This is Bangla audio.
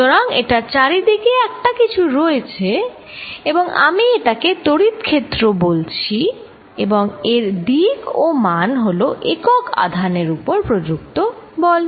সুতরাং এটার চারিদিকে একটা কিছু রয়েছে এবং আমি এটাকে তড়িৎ ক্ষেত্র বলছি এবং এর দিক ও মান হল একক আধানের উপর প্রযুক্ত বল